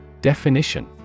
Definition